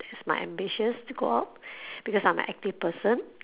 my ambition is to go up because I'm a active person